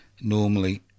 normally